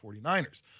49ers